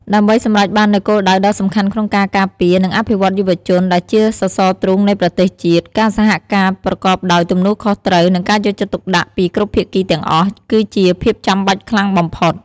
ដើម្បីសម្រេចបាននូវគោលដៅដ៏សំខាន់ក្នុងការការពារ និងអភិវឌ្ឍយុវជន ដែលជាសសរទ្រូងនៃប្រទេសជាតិ ការសហការប្រកបដោយទំនួលខុសត្រូវ និងការយកចិត្តទុកដាក់ពីគ្រប់ភាគីទាំងអស់ គឺជាភាពចាំបាច់ខ្លាំងបំផុត។